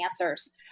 answers